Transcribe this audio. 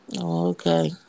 Okay